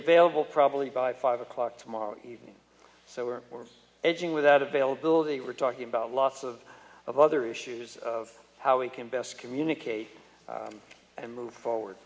available probably by five o'clock tomorrow evening so we're we're edging without availability we're talking about lots of of other issues of how we can best communicate and move forward